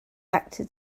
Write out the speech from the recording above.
actor